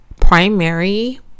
primary